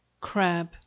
Crab